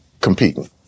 competing